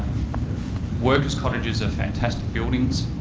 workers cottages are fantastic buildings.